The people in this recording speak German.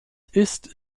ist